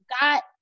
got